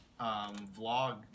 vlog